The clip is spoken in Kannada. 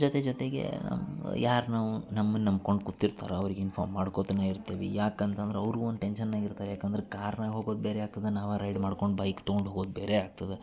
ಜೊತೆ ಜೊತೆಗೆ ನಮ್ಮ ಯಾರ ನಾವು ನಮ್ಮನ ನಂಬ್ಕೊಂಡು ಕೂತಿರ್ತರೋ ಅವ್ರಿಗೆ ಇನ್ಫಾಮ್ ಮಾಡ್ಕೋತನೆ ಇರ್ತಿವಿ ಯಾಕೆ ಅಂತಂದ್ರ್ ಅವ್ರ್ಗು ಒಂದು ಟೆನ್ಷನ್ನ್ನಾಗ ಇರ್ತರ ಯಾಕಂದ್ರ ಕಾರ್ನಾಗ ಹೋಗೋದು ಬೇರೆ ಆಗ್ತದ ನಾವು ರೈಡ್ ಮಾಡ್ಕೊಂಡ್ ಬೈಕ್ ತಗೊಂಡು ಹೋಗೋದು ಬೇರೆ ಆಗ್ತದೆ